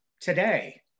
today